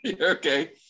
Okay